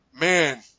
man